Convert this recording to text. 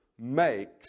makes